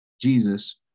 Jesus